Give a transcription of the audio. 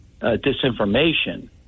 disinformation